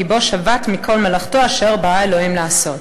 בו שבת מכל מלאכתו אשר ברא אלוהים לעשות".